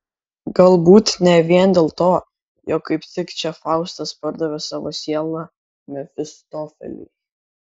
galbūt ne vien dėl to jog kaip tik čia faustas pardavė savo sielą mefistofeliui